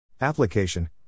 Application